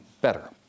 better